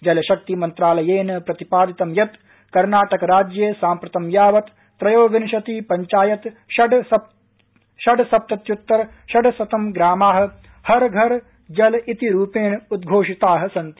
जलशक्ति मन्त्रालयेन प्रतिपादितं यत् कर्नाटक राज्ये साम्प्रतं यावत् त्रयोविंशति पंचायत षड् सप्तत्युत्तर षड्शतं ग्रामा हर घर जल इतिरूपेण उद्घोषिता सन्ति